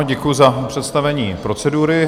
Děkuju za představení procedury.